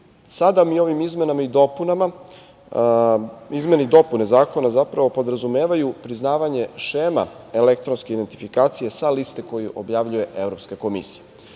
Sada mi ovim izmenama i dopunama zakona zapravo podrazumevaju priznavanje šema elektronske identifikacije sa liste koju objavljuje Evropska komisija. Povezano